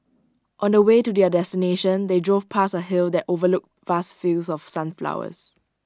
on the way to their destination they drove past A hill that overlooked vast fields of sunflowers